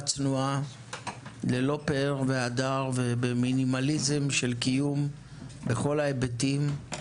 צנועה ללא פאר והדר ובמינימליזם של קיום בכל ההיבטים.